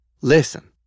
Listen